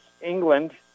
England